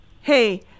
hey